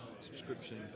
subscription